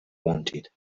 wanted